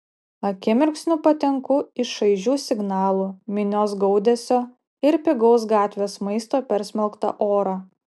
akimirksniu patenku į šaižių signalų minios gaudesio ir pigaus gatvės maisto persmelktą orą